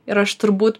ir aš turbūt